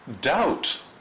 doubt